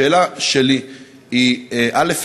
השאלה שלי היא: א.